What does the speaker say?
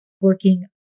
working